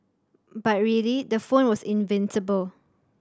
but really the phone was invincible